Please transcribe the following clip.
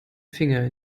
finger